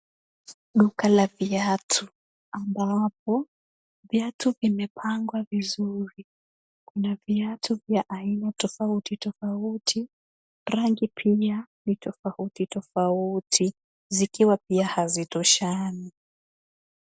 Duka la viatu ambapo viatu vimepangwa vizuri, kuna viatu vya aina tofauti tofauti, rangi pia ni tofauti tofauti, zikiwa pia hazitoshani.